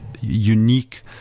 unique